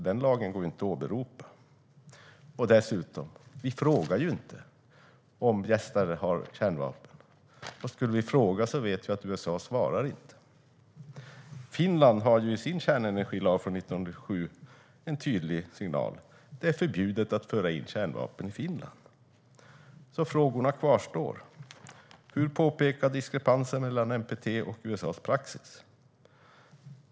Den lagen går alltså inte att åberopa. Dessutom frågar vi inte om gästande länder har kärnvapen. Och skulle vi fråga vet vi att USA inte svarar. Finland har i sin kärnenergilag från 1987 en tydlig signal. Det är förbjudet att föra in kärnvapen i Finland. Frågorna kvarstår alltså. Hur påpeka diskrepansen mellan NPT och USA:s praxis?